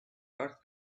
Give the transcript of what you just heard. earth